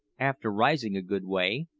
after rising a good way,